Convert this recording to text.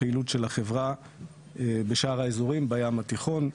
הוא נמסר לחברת נתיבי גז שמוליכה את הגז בארץ.